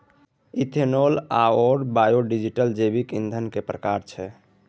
ethanol आओर biodiesel जैविक ईंधनक प्रकार छै